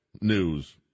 news